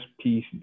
piece